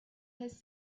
his